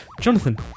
Jonathan